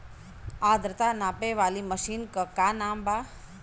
आद्रता नापे वाली मशीन क का नाव बा?